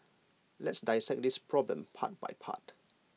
let's dissect this problem part by part